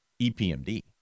EPMD